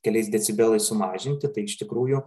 keliais decibelais sumažinti tai iš tikrųjų